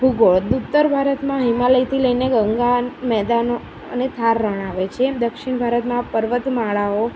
ભૂગોળ ઉત્તર ભારતમાં હિમાલયથી લઈને ગંગા મેદાનો અને થાર રણ આવે છે દક્ષિણ ભારતમાં પર્વતમાળાઓ